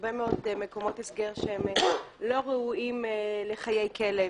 הרבה מאוד מקומות הסגר שהם לא ראויים לחיי כלב,